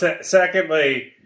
Secondly